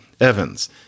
Evans